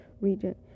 region